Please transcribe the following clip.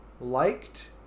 liked